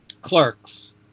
Clerks